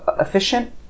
efficient